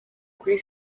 kuri